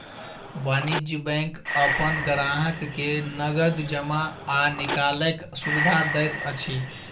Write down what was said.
वाणिज्य बैंक अपन ग्राहक के नगद जमा आ निकालैक सुविधा दैत अछि